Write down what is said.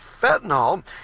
fentanyl